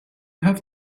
have